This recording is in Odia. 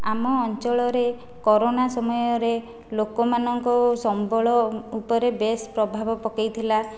ଆମ ଅଞ୍ଚଳରେ କରୋନା ସମୟରେ ଲୋକମାନଙ୍କ ସମ୍ବଳ ଉପରେ ବେଶ୍ ପ୍ରଭାବ ପକାଇଥିଲା